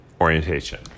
orientation